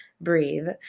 breathe